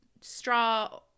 straw